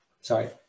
Sorry